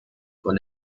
con